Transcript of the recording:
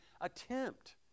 attempt